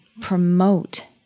promote